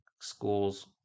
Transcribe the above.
school's